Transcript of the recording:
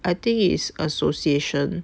I think is association